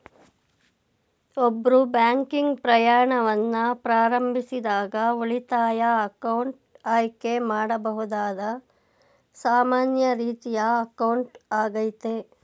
ಒಬ್ರು ಬ್ಯಾಂಕಿಂಗ್ ಪ್ರಯಾಣವನ್ನ ಪ್ರಾರಂಭಿಸಿದಾಗ ಉಳಿತಾಯ ಅಕೌಂಟ್ ಆಯ್ಕೆ ಮಾಡಬಹುದಾದ ಸಾಮಾನ್ಯ ರೀತಿಯ ಅಕೌಂಟ್ ಆಗೈತೆ